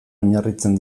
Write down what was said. oinarritzen